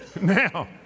Now